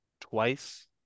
twice